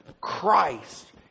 Christ